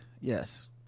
yes